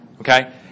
okay